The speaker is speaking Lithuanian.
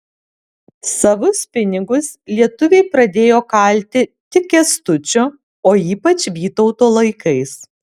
savus pinigus lietuviai pradėjo kalti tik kęstučio o ypač vytauto laikais